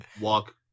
walk